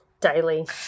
daily